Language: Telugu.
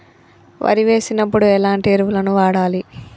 వరి వేసినప్పుడు ఎలాంటి ఎరువులను వాడాలి?